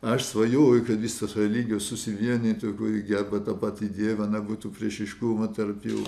aš svajoju kad visos religijos susivienytų kuri gerbia tą patį dievą nebūtų priešiškumo tarp jų